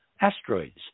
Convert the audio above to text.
asteroids